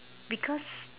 because